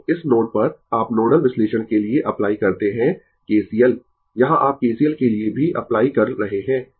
तो इस नोड पर आप नोडल विश्लेषण के लिए अप्लाई करते है KCL यहां आप KCL के लिए भी अप्लाई कर रहे है